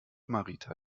marita